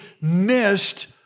missed